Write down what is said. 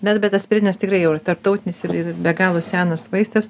bet bet aspirinas tikrai jau ir tarptautinis ir ir be galo senas vaistas